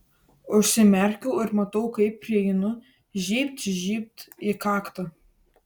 užsimerkiu ir matau kaip prieinu žybt žybt į kaktą